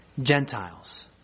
Gentiles